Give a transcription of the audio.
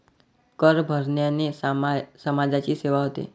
कर भरण्याने समाजाची सेवा होते